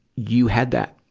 you had that,